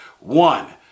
One